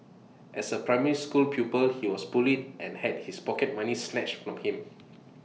as A primary school pupil he was bullied and had his pocket money snatched from him